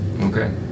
Okay